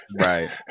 right